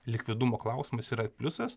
likvidumo klausimas yra pliusas